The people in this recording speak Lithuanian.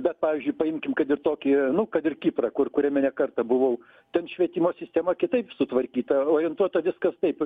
bet pavyzdžiui paimkim kad ir tokį nu kad ir kiprą kur kuriame ne kartą buvau ten švietimo sistema kitaip sutvarkyta orientuota viskas taip